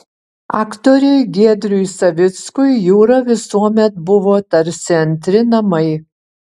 aktoriui giedriui savickui jūra visuomet buvo tarsi antri namai